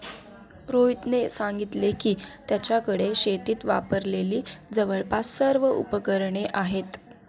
रोहितने सांगितले की, त्याच्याकडे शेतीत वापरलेली जवळपास सर्व उपकरणे आहेत